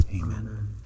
Amen